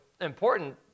important